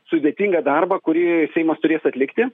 sudėtingą darbą kurį seimas turės atlikti